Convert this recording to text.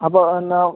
അപ്പം എന്നാൽ